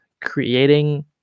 creating